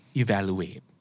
evaluate